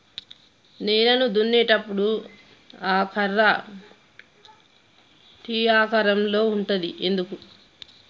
నేలను దున్నేటప్పుడు ఆ కర్ర టీ ఆకారం లో ఉంటది ఎందుకు?